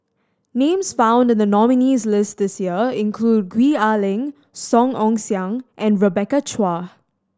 names found in the nominees' list this year include Gwee Ah Leng Song Ong Siang and Rebecca Chua